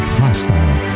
hostile